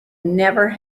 never